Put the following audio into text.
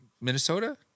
Minnesota